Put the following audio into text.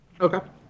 Okay